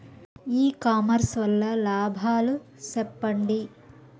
ఇ commerce వల్ల లాభాలు సెప్పండి?